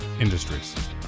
industries